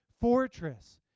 fortress